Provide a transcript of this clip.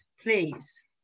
please